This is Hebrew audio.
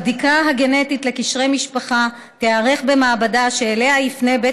הבדיקה הגנטית לקשרי משפחה תיערך במעבדה שאליה יפנה בית